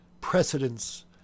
precedence